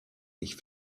dich